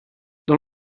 dans